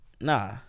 Nah